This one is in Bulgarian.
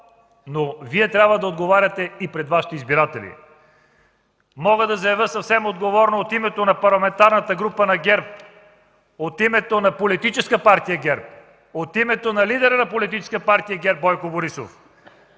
но Вие трябва да отговаряте и пред Вашите избиратели. Мога да заявя съвсем отговорно от името на Парламентарната група на ГЕРБ, от името на Политическа партия ГЕРБ, от името на лидера на Политическа партия ГЕРБ Бойко Борисов...